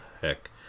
heck